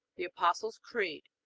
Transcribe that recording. the apostles' creed,